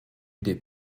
des